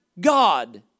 God